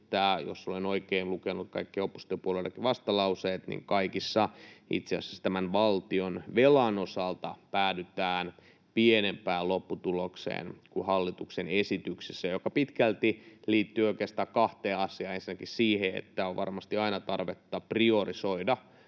se — jos olen oikein lukenut kaikkien oppositiopuolueiden vastalauseet — että kaikissa itse asiassa tämän valtionvelan osalta päädytään pienempään lopputulokseen kuin hallituksen esityksessä, mikä pitkälti liittyy oikeastaan kahteen asiaan: ensinnäkin on varmasti aina tarvetta priorisoida